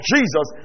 Jesus